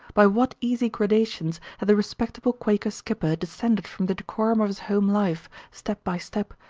by what easy gradations had the respectable quaker skipper descended from the decorum of his home life, step by step,